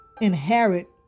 inherit